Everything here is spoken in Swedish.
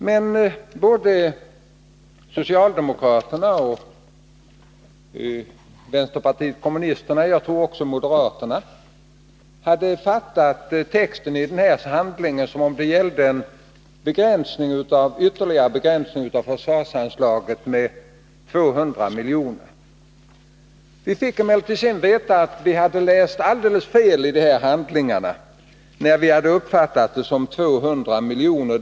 Men både socialdemokraterna och vänsterpartiet kommunisterna — jag tror också moderaterna — hade fattat texten i denna handling så, att det gällde en ytterligare begränsning av försvarsanslaget med 200 miljoner. Vi fick emellertid sedan veta att vi hade läst alldeles fel i denna handling, när vi hade uppfattat det som 200 miljoner.